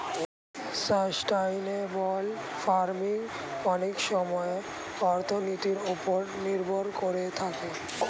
sustainable farming অনেক সময়ে অর্থনীতির ওপর নির্ভর করে থাকে